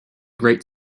great